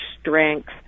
strength